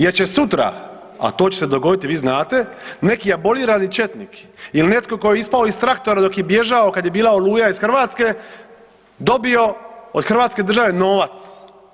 Jer će sutra, a to će se dogodit i vi znate, neki abolirani četnik il netko tko je ispao iz traktora dok je bježao kad je bila „Oluja“ iz Hrvatske, dobio od Hrvatske države novac.